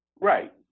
Right